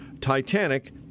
Titanic